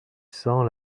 cents